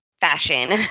fashion